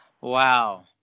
Wow